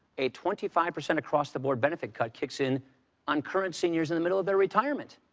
a twenty five percent across-the-board benefit cut kicks in on current seniors in the middle of their retirement.